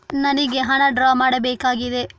ನನಿಗೆ ಹಣ ಡ್ರಾ ಮಾಡ್ಬೇಕಾಗಿದೆ